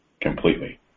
completely